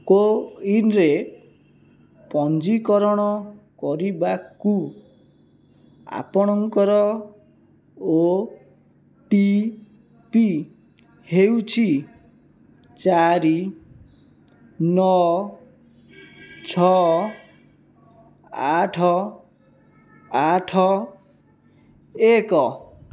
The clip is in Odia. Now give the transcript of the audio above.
କୋୱିନ୍ରେ ପଞ୍ଜୀକରଣ କରିବାକୁ ଆପଣଙ୍କର ଓ ଟି ପି ହେଉଛି ଚାରି ନଅ ଛଅ ଆଠ ଆଠ ଏକ